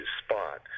spot